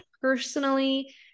personally